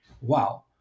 Wow